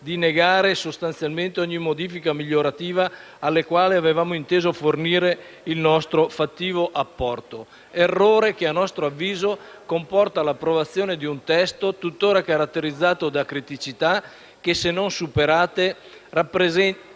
di negare sostanzialmente ogni modifica migliorativa alla quale avevamo inteso fornire il nostro fattivo apporto; errore che, a nostro avviso, comporta l'approvazione di un testo tuttora caratterizzato da criticità che, se non superate, rappresenteranno